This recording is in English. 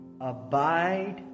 abide